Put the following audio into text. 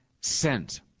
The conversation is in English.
sent